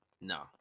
No